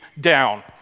down